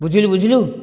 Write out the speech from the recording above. ବୁଝିଲୁ ବୁଝିଲୁ